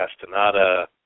Castaneda